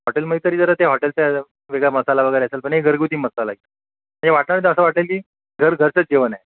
हॉटेलमध्ये तरी जरा ते हॉटेलचा वेगळा मसाला वगैरे असेल पण हे घरगुती मसाला आहे हे वाटाल तर असं वाटेल की घर घरचंच जेवण आहे